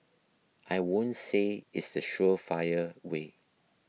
I won't say it's the surefire way